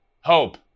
hope